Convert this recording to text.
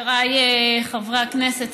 חבריי חברי הכנסת,